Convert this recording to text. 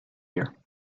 year